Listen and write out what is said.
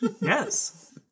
Yes